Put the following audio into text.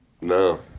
No